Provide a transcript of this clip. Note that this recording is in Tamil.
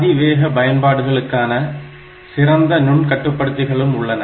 அதிவேக பயன்பாடுகளுக்கான சிறந்த நுண்கட்டுப்படுத்திகளும் உள்ளன